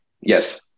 yes